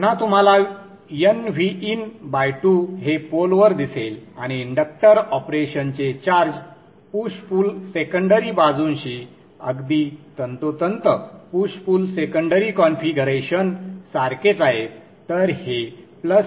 पुन्हा तुम्हाला nVin2 हे पोलवर दिसेल आणि इंडक्टर ऑपरेशनचे चार्ज पुश पुल सेकंडरी बाजूंशी अगदी तंतोतंत पुश पुल सेकंडरी कॉन्फिगरेशन सारखेच आहेत